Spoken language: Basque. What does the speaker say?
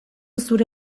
zure